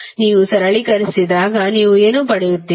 ನೀವು ಸರಳೀಕರಿಸಿದಾಗ ನೀವು ಏನು ಪಡೆಯುತ್ತೀರಿ